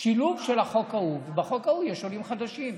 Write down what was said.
שילוב של החוק ההוא, ובחוק ההוא יש עולים חדשים.